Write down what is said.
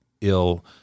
ill